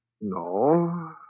No